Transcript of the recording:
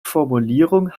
formulierung